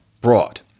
Brought